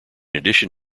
addition